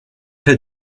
pas